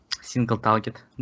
single-target